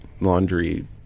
laundry